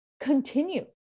continue